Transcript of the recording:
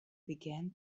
began